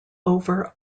over